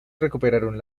recuperaron